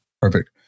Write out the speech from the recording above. Perfect